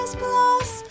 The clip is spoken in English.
plus